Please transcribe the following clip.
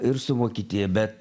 ir su vokietija bet